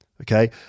okay